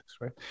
right